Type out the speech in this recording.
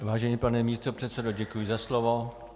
Vážený pane místopředsedo, děkuji za slovo.